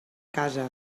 casa